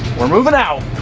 we're movin' out!